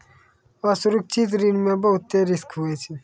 असुरक्षित ऋण मे बहुते रिस्क हुवै छै